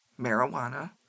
marijuana